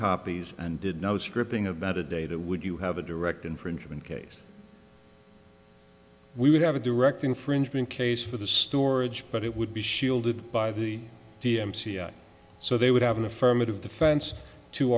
copies and did no stripping about a day that would you have a direct infringement case we would have a direct infringement case for the storage but it would be shielded by the d m c a so they would have an affirmative defense to